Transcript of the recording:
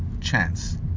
chance